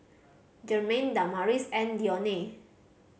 Jermain Damaris and Dionne